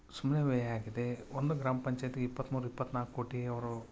ಸುಮ್ಮನೆ ವ್ಯಯ ಆಗಿದೆ ಒಂದು ಗ್ರಾಮ ಪಂಚಾಯ್ತಿಗೆ ಇಪ್ಪತ್ಮೂರು ಇಪ್ಪತ್ನಾಲ್ಕು ಕೋಟಿ ಅವರು